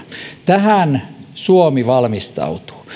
tähän suomi valmistautuu